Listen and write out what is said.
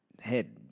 head